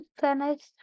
finished